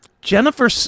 Jennifer